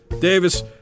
Davis